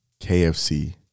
KFC